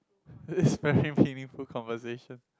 this is very meaningful conversation